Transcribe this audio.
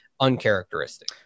uncharacteristic